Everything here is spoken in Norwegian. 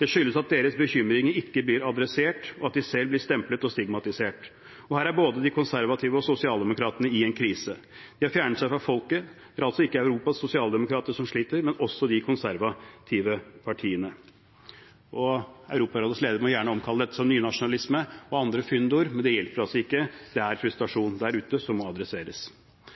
Det skyldes at deres bekymringer ikke blir adressert, og at de selv blir stemplet og stigmatisert. Og her er både de konservative og sosialdemokratene i en krise. De har fjernet seg fra folket. Det er altså ikke kun Europas sosialdemokrater som sliter, men også de konservative partiene. Europarådets leder må gjerne omtale dette som nynasjonalisme og andre fyndord, men det hjelper altså ikke – det er frustrasjon der ute som må adresseres.